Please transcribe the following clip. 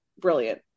brilliant